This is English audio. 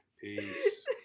Peace